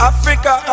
Africa